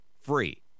free